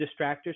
distractors